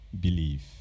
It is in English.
Believe